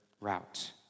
route